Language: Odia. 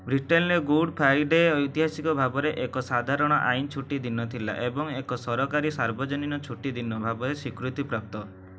ବ୍ରିଟେନରେ ଗୁଡ଼୍ ଫ୍ରାଇଡ଼େ ଐତିହାସିକ ଭାବରେ ଏକ ସାଧାରଣ ଆଇନ ଛୁଟି ଦିନ ଥିଲା ଏବଂ ଏକ ସରକାରୀ ସାର୍ବଜନୀନ ଛୁଟିଦିନ ଭାବରେ ସ୍ୱୀକୃତି ପ୍ରାପ୍ତ